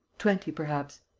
twenty perhaps.